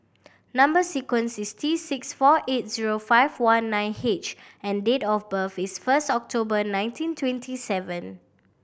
number sequence is T six four eight zero five one nine H and date of birth is first October nineteen twenty seven